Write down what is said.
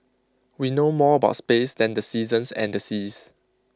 we know more about space than the seasons and the seas